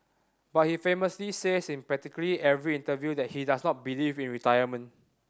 but he famously says in practically every interview that he does not believe in retirement